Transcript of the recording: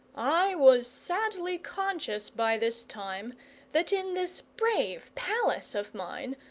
i was sadly conscious by this time that in this brave palace of mine,